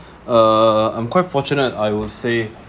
uh I'm quite fortunate I will say